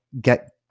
get